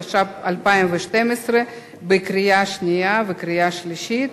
13), התשע"ב 2012, לקריאה שנייה וקריאה שלישית.